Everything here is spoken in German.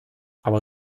aber